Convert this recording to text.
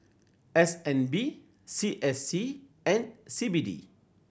S N B C S C and C B D